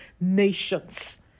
nations